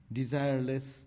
desireless